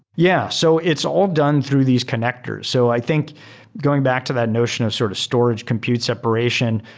yeah. so it's all done through these connectors. so i think going back to that notion of sort of storage compute separation,